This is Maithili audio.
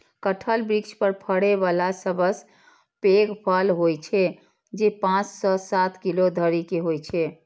कटहल वृक्ष पर फड़ै बला सबसं पैघ फल होइ छै, जे पांच सं सात किलो धरि के होइ छै